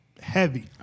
heavy